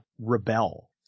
rebel